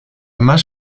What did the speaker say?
más